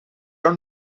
are